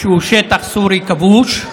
שהוא שטח סורי כבוש.